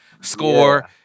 score